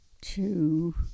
two